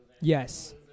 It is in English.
Yes